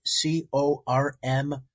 C-O-R-M